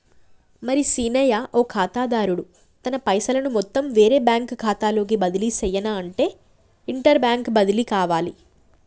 మరి సీనయ్య ఓ ఖాతాదారుడు తన పైసలను మొత్తం వేరే బ్యాంకు ఖాతాలోకి బదిలీ సెయ్యనఅంటే ఇంటర్ బ్యాంక్ బదిలి కావాలి